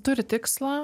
turi tikslą